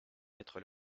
mettre